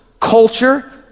culture